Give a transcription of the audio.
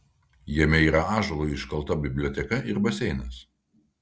jame yra ąžuolu iškalta biblioteka ir baseinas